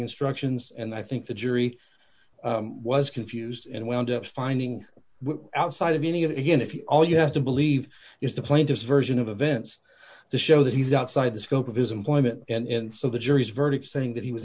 instructions and i think the jury was confused and wound up finding outside of any of it again if all you have to believe is the plaintiff's version of events to show that he's outside the scope of his employment and so the jury's verdict saying that he was